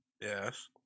yes